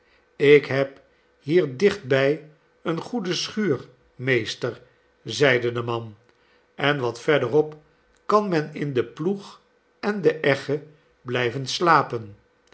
ik heb hier dichtbij eene goede schuur meester zeide de man en wat verderopkan men in de ploeg en de egge blijven slapen